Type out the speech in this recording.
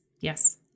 Yes